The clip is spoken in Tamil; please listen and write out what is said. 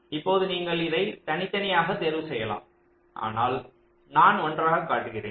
இப்போது நீங்கள் இதை தனி தனியாக தேர்வு செய்யலாம் ஆனால் நான் ஒன்றாக காட்டுகிறேன்